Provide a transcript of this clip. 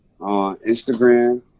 Instagram